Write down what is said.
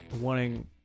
wanting